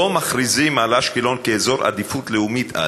לא מכריזים על אשקלון אזור עדיפות לאומית א'?